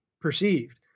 perceived